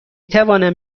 توانم